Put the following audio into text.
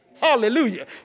Hallelujah